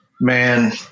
Man